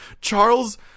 Charles